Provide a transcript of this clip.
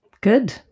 Good